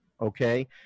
okay